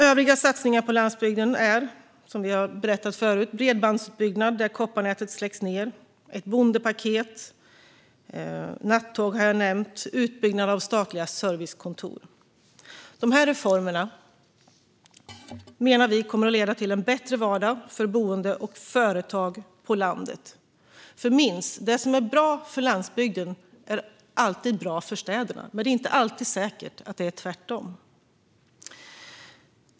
Övriga satsningar på landsbygden är, som vi har berättat tidigare, bredbandsutbyggnad där kopparnätet släcks ned, ett bondepaket, nattåg, som jag har nämnt, och utbyggnad av statliga servicekontor. Dessa reformer menar vi kommer att leda till en bättre vardag för boende och företag på landet. Minns att det som bra för landsbygden alltid är bra för städerna men att det inte alltid är säkert att det är tvärtom!